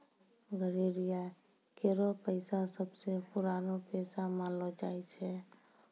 गड़ेरिया केरो पेशा सबसें पुरानो पेशा मानलो जाय छै